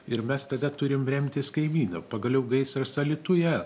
ir mes tada turim remtis kaimyne pagaliau gaisras alytuje